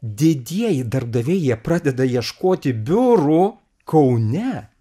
didieji darbdaviai jie pradeda ieškoti biurų kaune